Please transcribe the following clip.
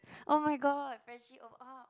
[oh]-my-god freshie o uh